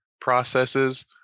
processes